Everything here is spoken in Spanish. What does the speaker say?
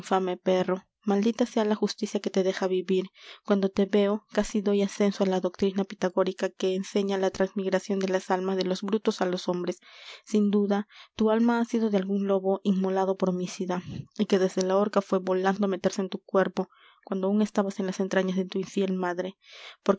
perro maldita sea la justicia que te deja vivir cuando te veo casi doy asenso á la doctrina pitagórica que enseña la transmigracion de las almas de los brutos á los hombres sin duda tu alma ha sido de algun lobo inmolado por homicida y que desde la horca fué volando á meterse en tu cuerpo cuando aún estabas en las entrañas de tu infiel madre